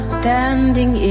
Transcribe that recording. standing